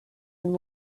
and